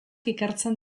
ikertzen